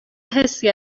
حسی